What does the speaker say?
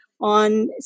on